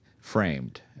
framed